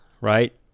right